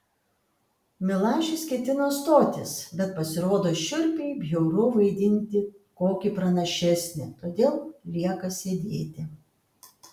milašius ketina stotis bet pasirodo šiurpiai bjauru vaidinti kokį pranašesnį todėl lieka sėdėti